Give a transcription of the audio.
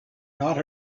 not